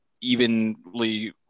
evenly